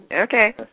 Okay